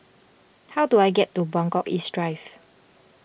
how do I get to Buangkok East Drive